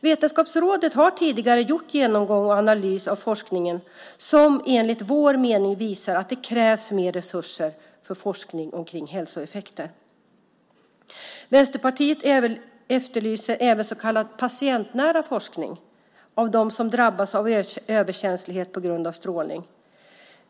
Vetenskapsrådet har tidigare gjort en genomgång och analys av forskningen som enligt vår mening visar att det krävs mer resurser för forskning om hälsoeffekter. Vänsterpartiet efterlyser även så kallad patientnära forskning om dem som drabbats av överkänslighet på grund av strålning.